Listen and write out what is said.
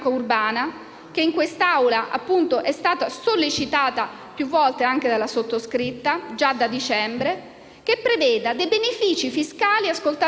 che in quest'Aula è stata sollecitata più volte anche dalla sottoscritta già dallo scorso dicembre, che preveda dei benefici fiscali - ascoltate bene